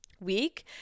week